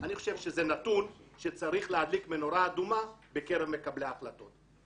אני חושב שזה נתון שצריך להדליק נורה אדומה בקרב מקבלי ההחלטות.